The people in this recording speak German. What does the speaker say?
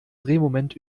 drehmoment